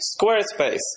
Squarespace